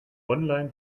online